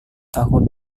tahun